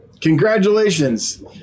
congratulations